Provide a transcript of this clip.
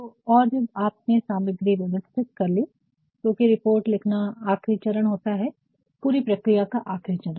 तो और जब आपने सामग्री को व्यवस्थित कर ली क्योंकि रिपोर्ट लिखना आखिरी चरण होता है पूरी प्रक्रिया का आखिरी चरण